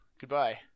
Goodbye